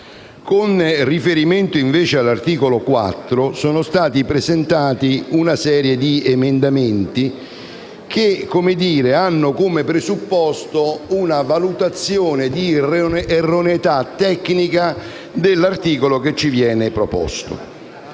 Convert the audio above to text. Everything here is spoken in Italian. Con riferimento, invece, all'articolo 4 è stata presentata una serie di emendamenti che ha come presupposto una valutazione negativa dell'articolo che ci viene proposto